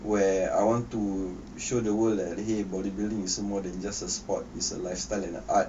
where I want to show the world and !hey! bodybuilding is more than just a sport is a lifestyle and art